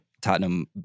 Tottenham